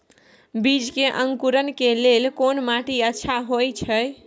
बीज के अंकुरण के लेल कोन माटी अच्छा होय छै?